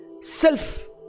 self